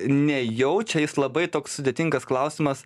nejaučia jis labai toks sudėtingas klausimas